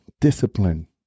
discipline